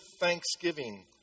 thanksgiving